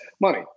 money